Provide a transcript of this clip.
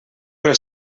pel